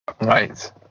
Right